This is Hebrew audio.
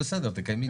אני מחדש את הדיון.